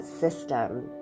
system